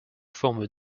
forme